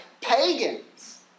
pagans